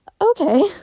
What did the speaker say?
Okay